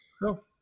No